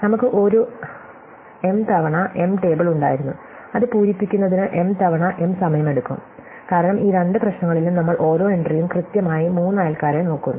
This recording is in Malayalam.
നമുക്ക് ഒരു M തവണ M ടേബിൾ ഉണ്ടായിരുന്നു അത് പൂരിപ്പിക്കുന്നതിന് M തവണ M സമയമെടുക്കും കാരണം ഈ രണ്ട് പ്രശ്നങ്ങളിലും നമ്മൾ ഓരോ എൻട്രിയും കൃത്യമായി മൂന്ന് അയൽക്കാരെ നോക്കുന്നു